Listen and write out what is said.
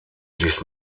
dies